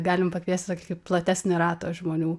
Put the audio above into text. galim pakviesti tokį platesnį ratą žmonių